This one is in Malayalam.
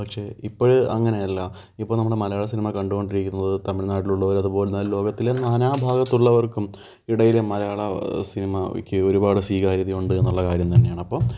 പക്ഷേ ഇപ്പോൾ അങ്ങനെയല്ല ഇപ്പം നമ്മുടെ മലയാള സിനിമ കണ്ട് കൊണ്ടിരിക്കുന്നത് തമിഴ് നാട്ടിലുള്ളവർ അതുപോലെത്തന്നെ ലോകത്തിലെ നാനാഭാഗത്തുള്ളവർക്കും ഇടയിലെ മലയാള സിനിമക്ക് ഒരുപാട് സ്വീകാര്യത ഉണ്ട് എന്നുള്ള കാര്യം തന്നെയാണ് അപ്പം